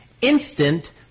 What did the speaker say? instant